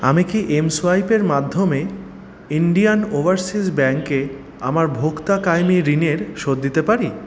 আমি কি এমসোয়াইপের মাধ্যমে ইন্ডিয়ান ওভার্সিস ব্যাংকে আমার ভোক্তা কায়েমি ঋণের শোধ দিতে পারি